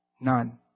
None